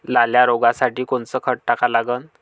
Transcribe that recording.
लाल्या रोगासाठी कोनचं खत टाका लागन?